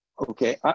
Okay